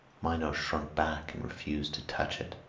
minos shrunk back and refused to touch it.